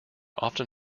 often